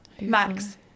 Max